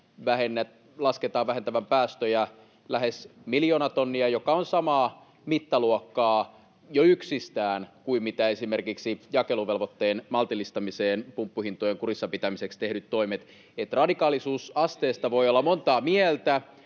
lasketaan vähentävän päästöjä lähes miljoona tonnia, joka on samaa mittaluokkaa jo yksistään kuin mitä esimerkiksi jakeluvelvoitteen maltillistamiseen pumppuhintojen kurissa pitämiseksi tehdyt toimet. [Timo Harakka: Entä